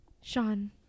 Sean